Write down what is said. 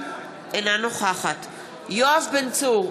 אינה נוכחת יואב בן צור,